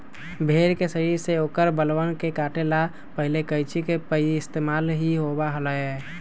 भेड़ के शरीर से औकर बलवन के काटे ला पहले कैंची के पइस्तेमाल ही होबा हलय